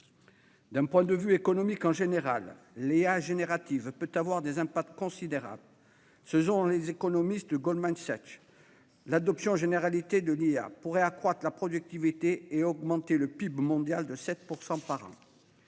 D'un point de vue économique en général, l'IA générative peut avoir des impacts considérables. Selon les économistes de Goldman Sachs, l'adoption généralisée de l'IA pourrait accroître la productivité et augmenter le PIB mondial de 7 % par an.